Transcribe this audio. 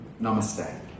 Namaste